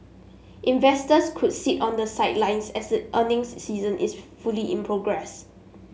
investors could sit on the sidelines as the earnings season is fully in progress